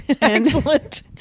excellent